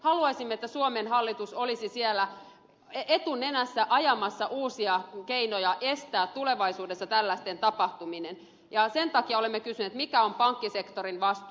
haluaisimme että suomen hallitus olisi siellä etunenässä ajamassa uusia keinoja estää tulevaisuudessa tällaisten tapahtuminen ja sen takia olemme kysyneet mikä on pankkisektorin vastuu